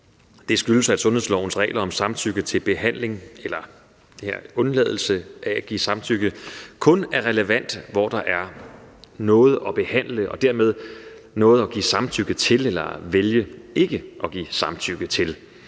Det skyldes, at sundhedslovens regler om samtykke til undladelse af at give behandling kun er relevant, hvor der er noget at behandle og dermed noget at give samtykke til eller vælge ikke at give samtykke til.